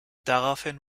daraufhin